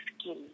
skin